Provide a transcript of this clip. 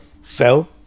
sell